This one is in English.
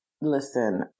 Listen